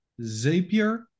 zapier